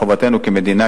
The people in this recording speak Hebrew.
חובתנו כמדינה,